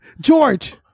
George